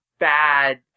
bad